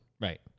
Right